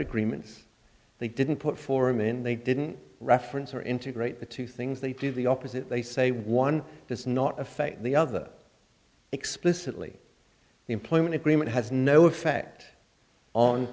agreements they didn't put forum in they didn't reference or integrate the two things they did the opposite they say one does not affect the other explicitly the employment agreement has no effect on